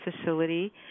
facility